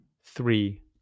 three